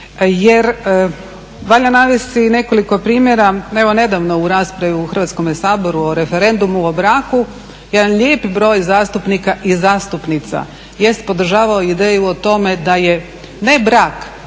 jer valja navesti nekoliko primjera. Evo nedavno u raspravi u Hrvatskome saboru o referendumu o braku jedan lijepi broj zastupnika i zastupnica jest podržavao ideju o tome da je ne brak